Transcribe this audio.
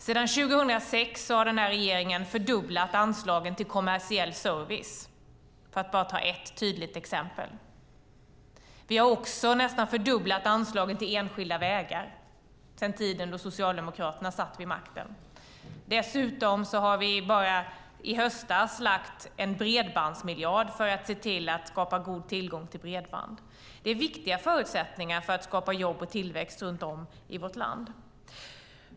Sedan 2006 har denna regering fördubblat anslagen till kommersiell service, för att bara ta ett tydligt exempel. Vi har också nästan fördubblat anslagen till enskilda vägar sedan tiden då Socialdemokraterna satt vid makten. Dessutom har vi bara i höstas lagt en bredbandsmiljard för att se till att skapa god tillgång till bredband. Det är viktiga förutsättningar för att skapa jobb och tillväxt runt om i vårt land.